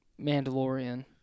Mandalorian